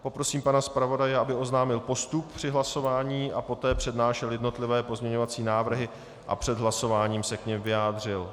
Poprosím pana zpravodaje, aby oznámil postup při hlasování a poté přednášel jednotlivé pozměňovací návrhy a před hlasováním se k nim vyjádřil.